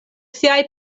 siaj